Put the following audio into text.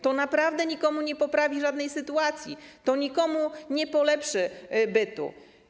To naprawdę nikomu nie poprawi sytuacji, to nikomu nie polepszy bytu.